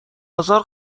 ازار